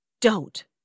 Don't